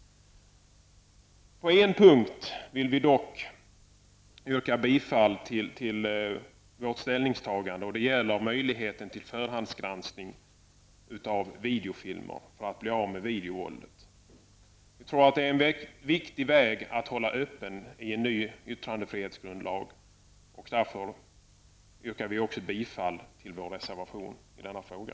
På en punkt vill vi dock yrka bifall till vårt ställningstagande. Det gäller möjligheten till förhandsgranskning av videofilmer, för att bli av med videovåldet. Vi tror att det är viktigt att hålla den vägen öppen i en ny yttrandefrihetsgrundlag. Därför yrkar vi bifall till vår reservation i denna fråga.